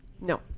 No